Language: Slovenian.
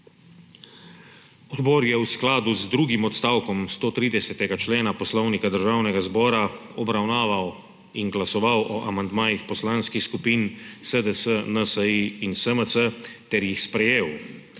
Odbor je v skladu z drugim odstavkom 130. člena Poslovnika Državnega zbora obravnaval in glasoval o amandmajih poslanskih skupin SDS, NSi in SMC ter jih sprejel.